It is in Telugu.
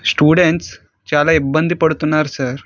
స్టూడెంట్స్ చాలా ఇబ్బంది పడుతున్నారు సార్